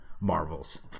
Marvel's